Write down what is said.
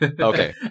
Okay